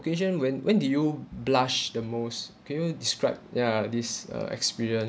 occasion when when did you blush the most can you describe ya this uh experience